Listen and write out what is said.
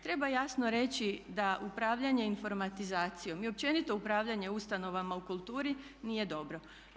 Treba jasno reći da upravljanje informatizacijom i općenito upravljanje ustanovama u kulturi nije dobro.